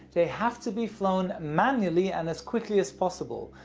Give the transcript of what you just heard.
they have to be flown manually and as quickly as possible.